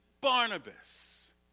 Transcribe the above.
Barnabas